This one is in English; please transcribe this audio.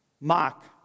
mock